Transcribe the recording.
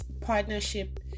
Partnership